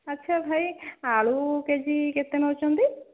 ଆଚ୍ଛା ଭାଇ ଆଳୁ କେ ଜି କେତେ ନେଉଛନ୍ତି